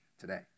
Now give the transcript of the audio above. today